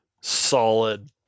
solid